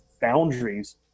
boundaries